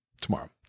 tomorrow